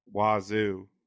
Wazoo